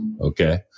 Okay